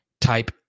type